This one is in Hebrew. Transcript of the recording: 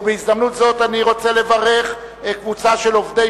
ובהזדמנות זו אני רוצה לברך קבוצה של עובדי